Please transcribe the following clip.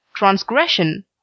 transgression